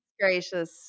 gracious